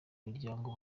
miryango